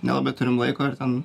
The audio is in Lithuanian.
nelabai turim laiko ir ten